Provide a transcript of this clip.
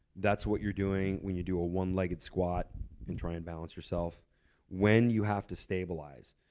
that's what you're doing when you do a one legged squat and try and balance yourself when you have to stabilize.